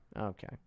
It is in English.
okay